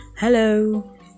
Hello